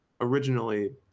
originally